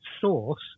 source